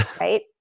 Right